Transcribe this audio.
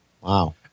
wow